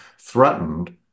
threatened